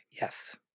yes